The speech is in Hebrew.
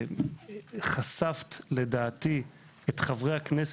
חשפת לדעתי את חברי הכנסת,